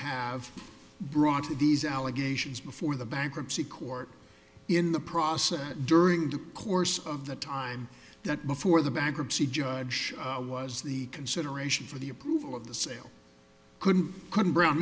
have brought to these allegations before the bankruptcy court in the process during the course of the time that before the bankruptcy judge was the consideration for the approval of the sale couldn't couldn't brown